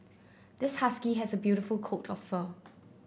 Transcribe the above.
this husky has a beautiful coat of fur